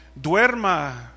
duerma